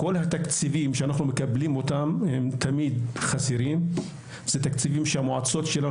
כל התקציבים שאנחנו מקבלים הם תמיד חסרים; למועצות שלנו